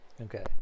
Okay